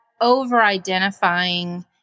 over-identifying